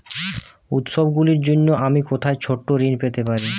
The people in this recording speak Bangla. উত্সবগুলির জন্য আমি কোথায় ছোট ঋণ পেতে পারি?